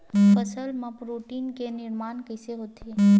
फसल मा प्रोटीन के निर्माण कइसे होथे?